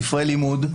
ספרי לימוד,